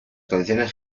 condiciones